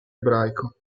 ebraico